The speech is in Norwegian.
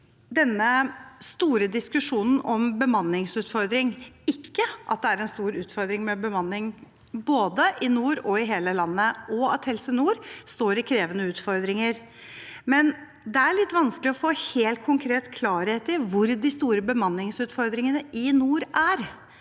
den store diskusjonen om bemanningsutfordring. Det er en stor utfordring med bemanning både i nord og i hele landet, og Helse nord står i krevende utfordringer, men det er litt vanskelig å få helt konkret klarhet i hvor de store bemanningsutfordringene i nord er,